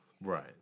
Right